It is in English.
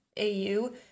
AU